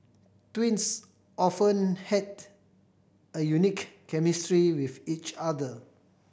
twins often had a unique chemistry with each other